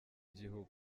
igihugu